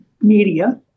media